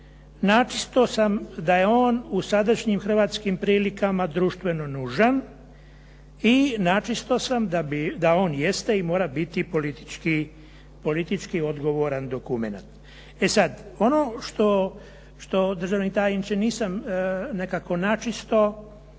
načisto sam da je on u sadašnjim hrvatskim prilikama društveno nužan i načisto sam da on jeste i mora biti politički odgovoran dokument. E sad, ono što, državni tajniče, nisam nekako načisto,